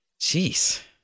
Jeez